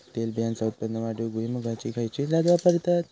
तेलबियांचा उत्पन्न वाढवूक भुईमूगाची खयची जात वापरतत?